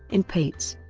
in pates,